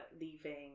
leaving